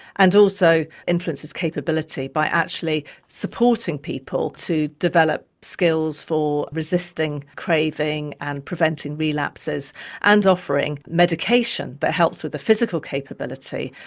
and also influences capability by actually supporting people to develop skills for resisting craving and preventing relapses and offering medication that helps with the physical capability.